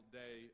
day